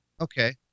Okay